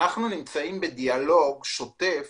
אנחנו נמצאים בדיאלוג שוטף